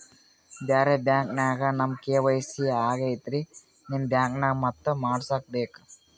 ಬ್ಯಾರೆ ಬ್ಯಾಂಕ ನ್ಯಾಗ ನಮ್ ಕೆ.ವೈ.ಸಿ ಆಗೈತ್ರಿ ನಿಮ್ ಬ್ಯಾಂಕನಾಗ ಮತ್ತ ಮಾಡಸ್ ಬೇಕ?